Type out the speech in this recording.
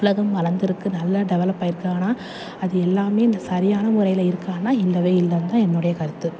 உலகம் வளர்ந்துருக்கு நல்லா டெவலப் ஆகிருக்கு ஆனால் அது எல்லாம் இந்த சரியான முறையில் இருக்கான்னா இல்லவே இல்லைன்னு தான் என்னுடைய கருத்து